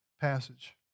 passage